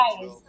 Guys